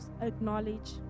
acknowledge